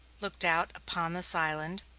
looked out upon this island,